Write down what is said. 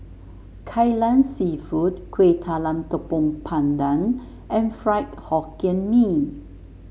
Kai Lan seafood Kuih Talam Tepong Pandan and Fried Hokkien Mee